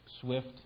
swift